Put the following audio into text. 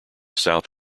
south